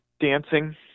dancing